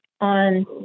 on